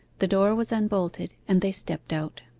the door was unbolted and they stepped out.